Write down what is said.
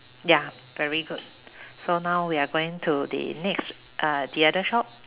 ya very good so now we are going to the next uh the other shop